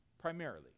Primarily